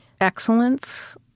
excellence